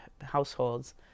households